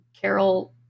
Carol